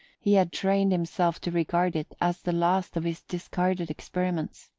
he had trained himself to regard it as the last of his discarded experiments.